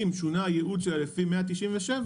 אם שונה הייעוד שלה לפי 197,